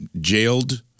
jailed